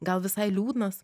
gal visai liūdnas